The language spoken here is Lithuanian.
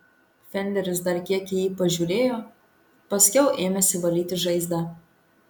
fenderis dar kiek į jį pažiūrėjo paskiau ėmėsi valyti žaizdą